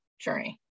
journey